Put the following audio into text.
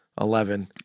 Eleven